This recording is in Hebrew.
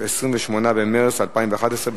28 במרס 2011,